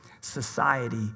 society